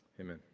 Amen